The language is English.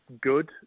good